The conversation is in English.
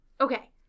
Okay